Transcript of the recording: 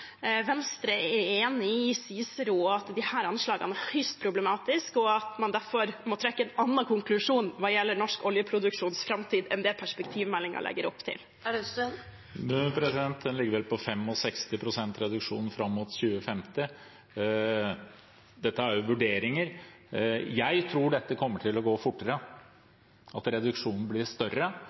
Venstre er enig med Cicero i at disse anslagene er høyst problematiske, og at man derfor må trekke en annen konklusjon hva gjelder norsk oljeproduksjons framtid, enn det perspektivmeldingen legger opp til. Den ligger vel på 65 pst. reduksjon fram mot 2050 – dette er jo vurderinger. Jeg tror det kommer til å gå fortere, at reduksjonen blir større